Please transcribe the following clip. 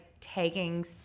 taking